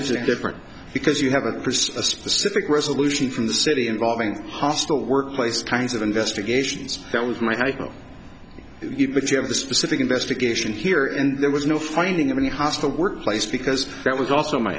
is it different because you have a crisp a specific resolution from the city involving hostile workplace kinds of investigations that was my thought if you have a specific investigation here and there was no finding of any hostile workplace because that was also my